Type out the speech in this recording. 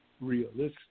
realistic